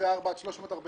344 עד 347,